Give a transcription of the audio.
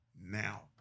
now